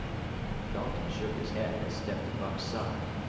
thornton shook his head and stepped to buck's side.